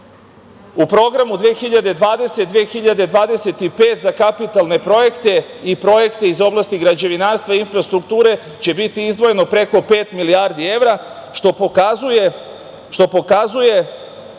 U Programu „2020-2025“ za kapitalne projekte i projekte iz oblasti građevinarstva i infrastrukture će biti izdvojeno preko pet milijardi evra, što pokazuje